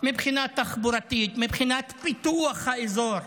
מבחינה תחבורתית, מבחינת פיתוח האזור.